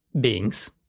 beings